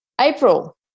April